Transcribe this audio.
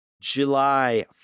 July